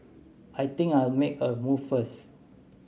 I think I'll make a move first